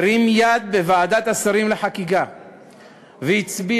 הרים יד בוועדת השרים לחקיקה והצביע